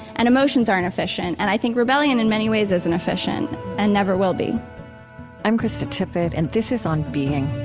and emotions aren't efficient. and i think rebellion, in many ways, isn't efficient and never will be i'm krista tippett, and this is on being